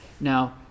Now